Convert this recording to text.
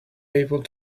able